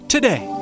Today